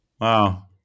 wow